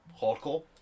hardcore